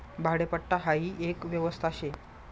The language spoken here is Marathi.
भाडेपट्टा हाई एक व्यवस्था शे